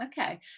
okay